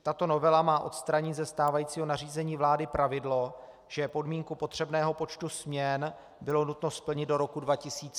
Tato novela má odstranit ze stávajícího nařízení vlády pravidlo, že podmínku potřebného počtu směn bylo nutno splnit do roku 2008.